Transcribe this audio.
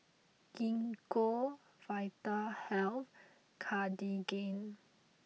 Gingko Vitahealth and Cartigain